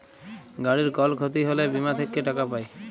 গাড়ির কল ক্ষতি হ্যলে বীমা থেক্যে টাকা পায়